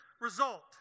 result